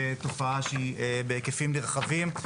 תופעה שהיא בהיקפים נרחבים,